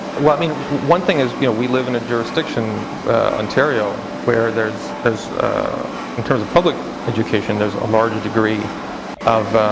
one i mean one thing is, yeah we live in a jurisdiction ontario where there's. in terms of public education, there's a larger degree of